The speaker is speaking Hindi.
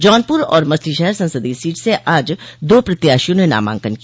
जौनपुर और मछलीशहर संसदीय सीट से आज दो प्रत्याशियों ने नामांकन किया